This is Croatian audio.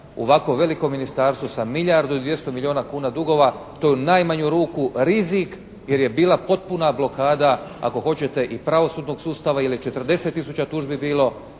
ovako velikom ministarstvu sa milijardu i 200 milijuna kuna dugova. To je u najmanju ruku rizik jer je bila potpuna blokada ako hoćete i pravosudnog sustava. Jer je 40 000 tužbi bilo